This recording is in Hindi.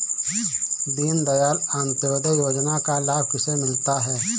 दीनदयाल अंत्योदय योजना का लाभ किसे मिलता है?